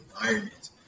environment